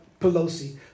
Pelosi